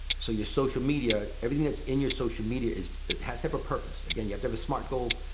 so your social media, everything that's in your social media it it has different purpose. again, you have to have a smart goal.